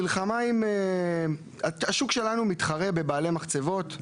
מלחמה עם, השוק שלנו מתחרה בבעלי מחצבות.